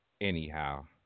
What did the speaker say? Anyhow